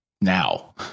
now